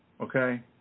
Okay